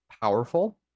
powerful